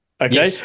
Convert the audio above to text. Okay